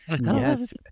Yes